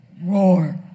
roar